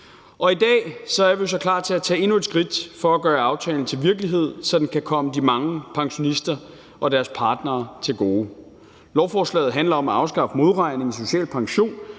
I dag er vi jo klar til at tage endnu et skridt for at gøre aftalen til virkelighed, så den kan komme de mange pensionister og deres partnere til gode. Lovforslaget handler om at afskaffe modregning i social pension,